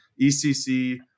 ECC